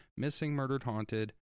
missingmurderedhaunted